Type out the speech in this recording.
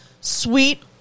sweet